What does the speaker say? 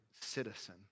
citizen